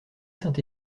saint